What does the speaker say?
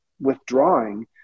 withdrawing